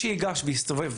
מי שייגש ויסתובב,